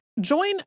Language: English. Join